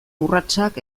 urratsak